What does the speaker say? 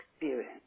experience